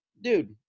dude